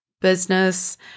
business